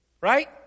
Right